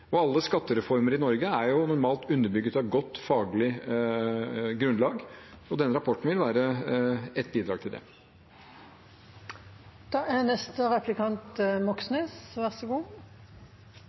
og alle skattereformer i Norge er normalt underbygd av et godt faglig grunnlag, og denne rapporten vil være et bidrag til det.